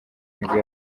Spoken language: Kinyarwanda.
nibwo